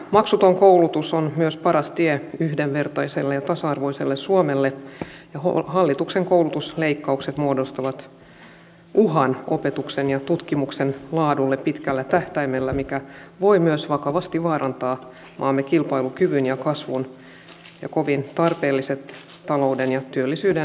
maksuton koulutus on myös paras tie yhdenvertaiselle ja tasa arvoiselle suomelle ja hallituksen koulutusleikkaukset muodostavat uhan opetuksen ja tutkimuksen laadulle pitkällä tähtäimellä mikä voi myös vakavasti vaarantaa maamme kilpailukyvyn ja kasvun ja kovin tarpeelliset talouden ja työllisyyden nousumahdollisuudet maassamme